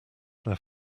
their